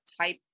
type